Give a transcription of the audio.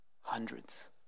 hundreds